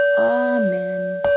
amen